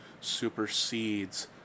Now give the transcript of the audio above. supersedes